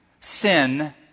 sin